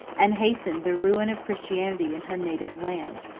and hastened the ruin of christianity in her native land.